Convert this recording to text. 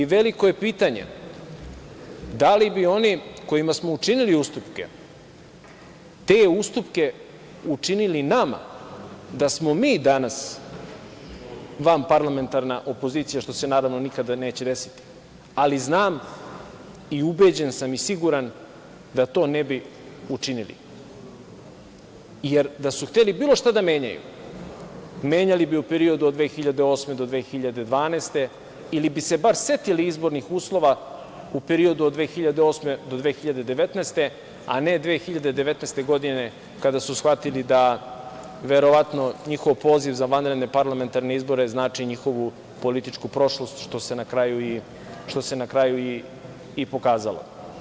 Veliko je pitanje da li bi oni kojima smo učinili ustupke, te ustupke učinili nama da smo mi danas vanparlamentarna opozicija, što se, naravno, nikada neće desiti, ali znam i ubeđen sam i siguran da to ne bi učinili, jer da su hteli bilo šta da menjaju, menjali bi u periodu od 2008. do 2012. godine ili bi se bar setili izbornih uslova u periodu od 2008. do 2019. godine, a ne 2019. godine, kada su shvatili da verovatno njihov poziv za vanredne parlamentarne izbore znači njihovu političku prošlost, što se na kraju i pokazalo.